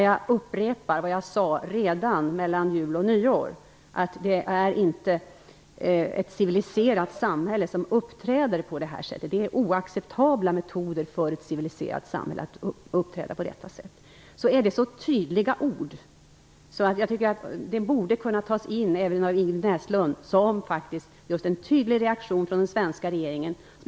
Jag upprepar vad jag sade redan mellan jul och nyår, nämligen att det inte är ett civiliserat samhälle som uppträder på det här sättet. Det är oacceptabla metoder för ett civiliserat samhälle. Det är så tydliga ord att jag tycker att även Ingrid Näslund borde se att det är en tydlig reaktion från den svenska regeringen.